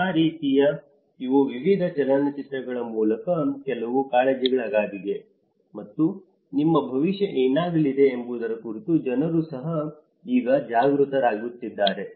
ಆ ರೀತಿಯಾಗಿ ಇವು ವಿವಿಧ ಚಲನಚಿತ್ರಗಳ ಮೂಲಕ ಕೆಲವು ಕಾಳಜಿಗಳಾಗಿವೆ ಮತ್ತು ನಮ್ಮ ಭವಿಷ್ಯ ಏನಾಗಲಿದೆ ಎಂಬುದರ ಕುರಿತು ಜನರು ಸಹ ಈಗ ಜಾಗೃತರಾಗುತ್ತಿದ್ದಾರೆ